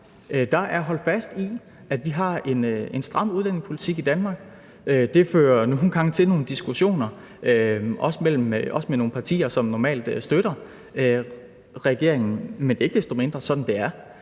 Der er holdt fast i, at vi har en stram udlændingepolitik i Danmark, og det fører nogle gange til nogle diskussioner, også med nogle partier, som normalt støtter regeringen, men det er ikke desto mindre sådan, det er.